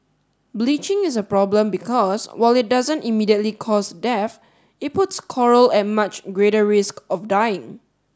bleaching is a problem because while it doesn't immediately cause death it puts coral at much greater risk of dying